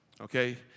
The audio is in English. okay